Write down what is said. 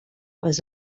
was